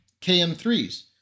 KM3s